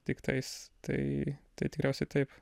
tiktais tai tai tikriausiai taip